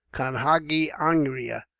kanhagi angria,